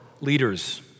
leaders